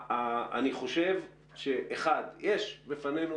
יש בפנינו,